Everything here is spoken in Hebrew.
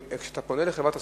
כשאתה פונה לחברת הסלולרי,